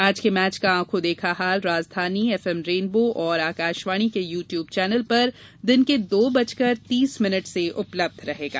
आज के मैच का आंखों देखा हाल राजधानी एफएम रेनबो और आकाशवाणी के यू ट्यूब चैनल पर दिन के दो बजकर तीस मिनट से उपलब्ध रहेगा